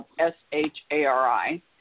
s-h-a-r-i